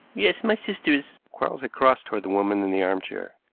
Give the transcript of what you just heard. yes, my sister is quarles had crossed toward the woman in the arm-chair.